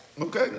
okay